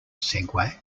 segway